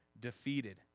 Defeated